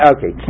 Okay